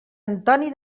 antoni